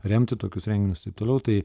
remti tokius renginius taip toliau tai